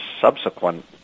subsequent